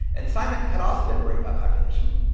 and simon had also been worried about population.